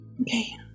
Okay